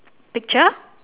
picture